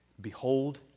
Behold